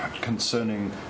concerning